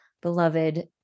beloved